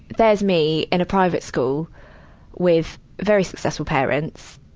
there's me in a private school with very successful parents.